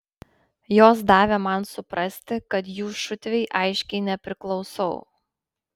jos davė man suprasti kad jų šutvei aiškiai nepriklausau